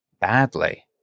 badly